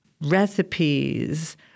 recipes